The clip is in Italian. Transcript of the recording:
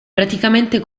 praticamente